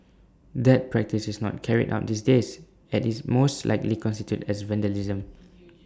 that practice is not carried out these days as IT most likely constitutes as vandalism